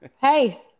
Hey